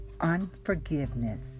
unforgiveness